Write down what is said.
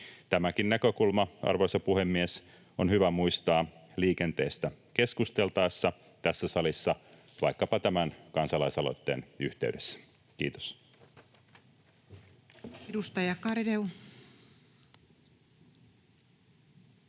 Tämäkin näkökulma, arvoisa puhemies, on hyvä muistaa liikenteestä keskusteltaessa tässä salissa vaikkapa tämän kansalaisaloitteen yhteydessä. — Kiitos.